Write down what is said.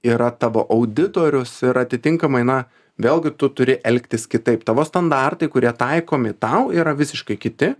yra tavo auditorius ir atitinkamai na vėlgi tu turi elgtis kitaip tavo standartai kurie taikomi tau yra visiškai kiti